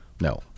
no